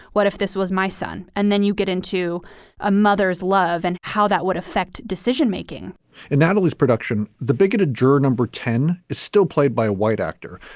what if this was my son? and then you get into a mother's love and how that would affect decision making and natalie's production the bigoted juror number ten is still played by a white actor,